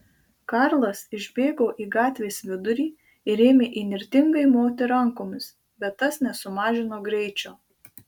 karlas išbėgo į gatvės vidurį ir ėmė įnirtingai moti rankomis bet tas nesumažino greičio